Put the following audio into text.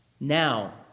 Now